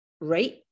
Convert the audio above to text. right